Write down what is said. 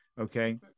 Okay